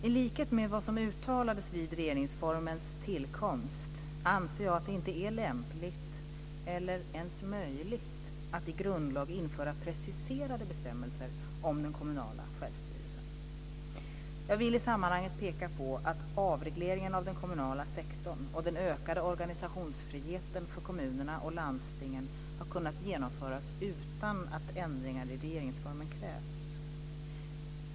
I likhet med vad som uttalades vid regeringsformens tillkomst anser jag att det inte är lämpligt eller ens möjligt att i grundlag införa preciserade bestämmelser om den kommunala självstyrelsen. Jag vill i sammanhanget peka på att avregleringen av den kommunala sektorn och den ökade organisationsfriheten för kommunerna och landstingen har kunnat genomföras utan att ändringar i regeringsformen krävts.